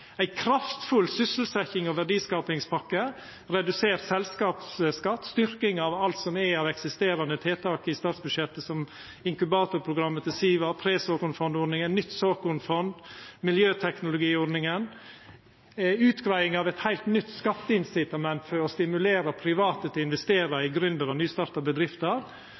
ei kraftfull sysselsetjings- og verdiskapingspakke med redusert selskapsskatt og styrking av alt som er av eksisterande tiltak i statsbudsjettet – som inkubatorprogrammet til SIVA, pre-såkornfond-ordninga, eit nytt såkornfond, miljøteknologiordninga og ei utgreiing av eit heilt nytt skatteinsitament for å stimulera private til å investera i gründerbedrifter og nystarta bedrifter.